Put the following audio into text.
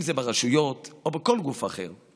אם זה ברשויות או בכל גוף אחר,